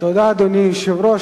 אדוני היושב-ראש,